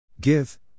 Give